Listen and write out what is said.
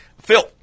Phil